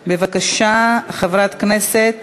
בבקשה, חברת הכנסת.